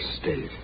state